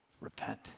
Repent